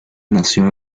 nació